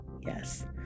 Yes